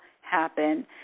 happen